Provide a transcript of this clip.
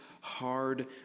hard